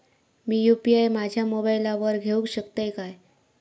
मी UPI माझ्या मोबाईलावर घेवक शकतय काय?